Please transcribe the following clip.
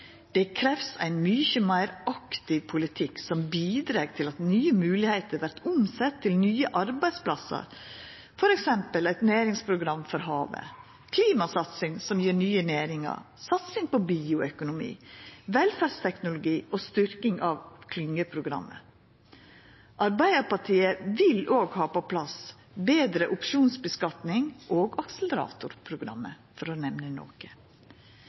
Ein mykje meir aktiv politikk som bidreg til at nye moglegheiter vert omsette til nye arbeidsplassar, vert kravd, f.eks. eit næringsprogram for havet, klimasatsing som gjev nye næringar, satsing på bioøkonomi, velferdsteknologi og styrking av klyngeprogrammet. Arbeidarpartiet vil òg ha på plass betre opsjonsskattlegging og akseleratorprogram, for å nemna noko.